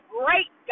great